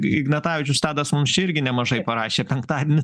ignatavičius tadas mums čia irgi nemažai parašė penktadienį